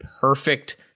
perfect